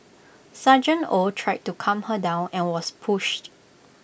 Sgt oh tried to calm her down and was pushed